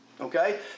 okay